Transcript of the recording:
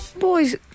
Boys